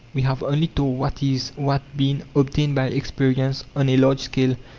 we have only told what is, what been, obtained by experience on a large scale.